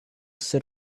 sit